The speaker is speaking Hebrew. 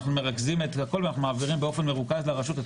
אנחנו מרכזים את הכל ואנחנו מעבירים באופן מרוכז לרשות האוכלוסין